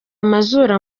amazuru